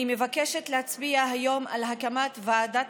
אני מבקשת להצביע היום על הקמת ועדת